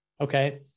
Okay